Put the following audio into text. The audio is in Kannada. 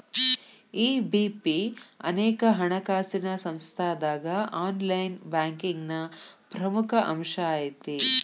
ಇ.ಬಿ.ಪಿ ಅನೇಕ ಹಣಕಾಸಿನ್ ಸಂಸ್ಥಾದಾಗ ಆನ್ಲೈನ್ ಬ್ಯಾಂಕಿಂಗ್ನ ಪ್ರಮುಖ ಅಂಶಾಐತಿ